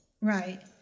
Right